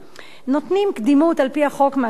נותנים קדימות, על-פי החוק מ-2008,